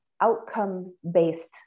outcome-based